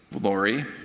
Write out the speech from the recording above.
Lori